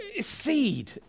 seed